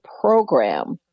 program